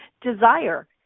desire